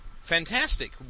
fantastic